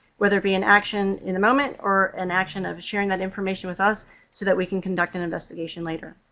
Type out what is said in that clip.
whether it be an action in the moment or an action of sharing that information with us so that we can conduct an investigation later.